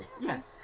Yes